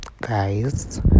guys